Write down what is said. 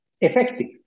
effective